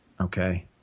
Okay